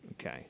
Okay